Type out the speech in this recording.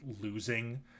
losing